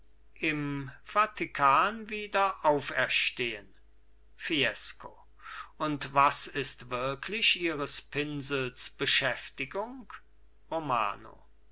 im vatikan wieder auferstehen fiesco und was ist wirklich ihres pinsels beschäftigung romano